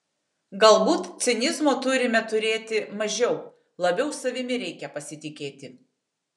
galbūt cinizmo turime turėti mažiau labiau savimi reikia pasitikėti